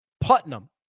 Putnam